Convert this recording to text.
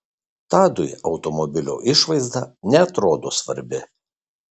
tadui automobilio išvaizda neatrodo svarbi